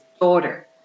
daughter